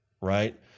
right